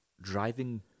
driving